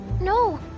No